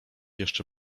jeszcze